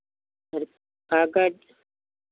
फिर कागज़